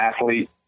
athlete